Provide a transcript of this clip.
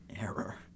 error